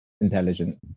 intelligent